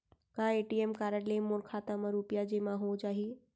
का ATM card ले मोर खाता म रुपिया जेमा हो जाही?